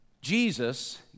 Jesus